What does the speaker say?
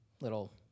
little